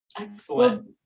excellent